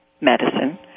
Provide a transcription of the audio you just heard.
medicine